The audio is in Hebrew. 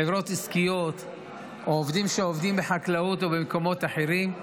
חברות עסקיות או עובדים שעובדים בחקלאות ובמקומות אחרים,